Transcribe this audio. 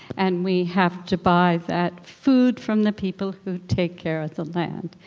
and we have to buy that food from the people who take care of the land.